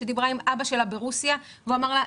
שדיברה עם אבא שלה ברוסיה והוא אמר לה,